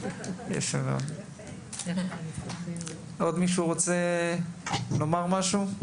עוד מישהו רוצה לומר משהו?